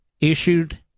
issued